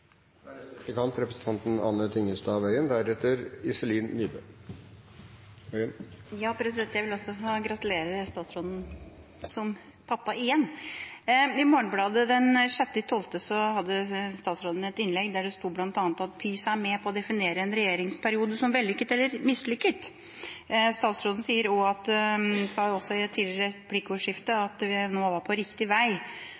jeg vil gratulere statsråden som pappa igjen. I Morgenbladet den 9. desember hadde statsråden et innlegg der det bl.a. sto at PISA «er med på å definere en regjeringsperiode som vellykket eller mislykket». Statsråden sa også i et tidligere replikkordskifte at vi nå var på riktig vei. Sannheten er vel at vi er tilbake igjen på det samme nivået som da vi fikk PISA-sjokket, i